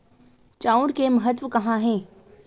चांउर के महत्व कहां हे?